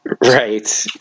right